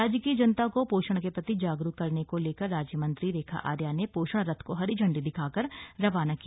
राज्य की जनता को पोषण के प्रति जागरूक करने को लेकर राज्य मंत्री रेखा आर्य ने पोषण रथ को हरी झंडी दिखाकर रवाना किया